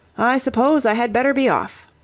i suppose i had better be off.